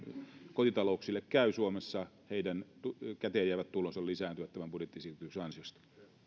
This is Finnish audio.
kotitalouksille käy suomessa heidän käteenjäävät tulonsa lisääntyvät tämän budjettiesityksen ansiosta